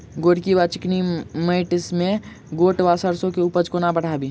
गोरकी वा चिकनी मैंट मे गोट वा सैरसो केँ उपज कोना बढ़ाबी?